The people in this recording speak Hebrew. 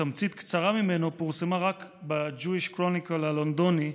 תמצית קצרה ממנו פורסמה רק ב-Jewish Chronicle הלונדוני.